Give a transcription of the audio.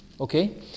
Okay